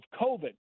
COVID